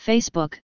Facebook